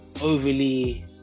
overly